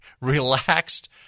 relaxed